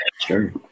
Sure